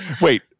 Wait